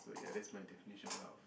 so ya that's my definition of wealth